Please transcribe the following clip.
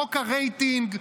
חוק הרייטינג,